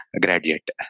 graduate